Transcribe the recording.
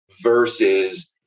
versus